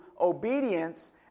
obedience